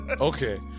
Okay